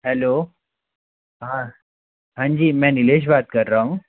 hello हाँ हाँ जी मैं नीलेश बात कर रहा हूँ